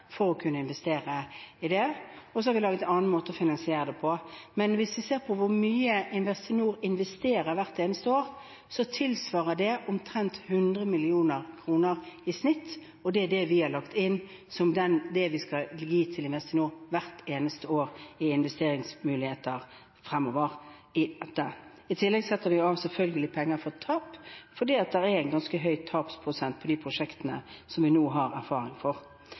for å kunne investere i det. Og så har vi laget en annen måte å finansiere det på. Men hvis vi ser på hvor mye Investinor investerer hvert eneste år, tilsvarer det omtrent 100 mill. kr i snitt, og det er det vi har lagt inn som det vi skal gi til Investinor hvert eneste år i investeringsmuligheter fremover i dette. I tillegg setter vi selvfølgelig av penger for tap, for det er en ganske høy tapsprosent på de prosjektene som vi nå har erfaring